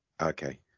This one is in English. Okay